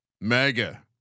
mega